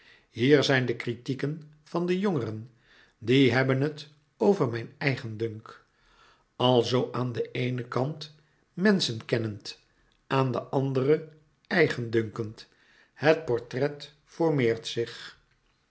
hier zijn de kritieken van de jongeren die hebben het over mijn eigendunk alzoo aan den eenen kant menschenkennend aan den anderen eigendunkend het portret formeert zich